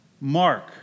Mark